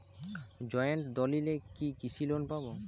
Joint দলিলে কি কৃষি লোন পাব?